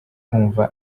kumva